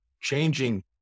changing